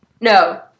No